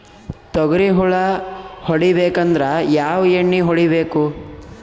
ತೊಗ್ರಿ ಹುಳ ಹೊಡಿಬೇಕಂದ್ರ ಯಾವ್ ಎಣ್ಣಿ ಹೊಡಿಬೇಕು?